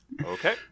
Okay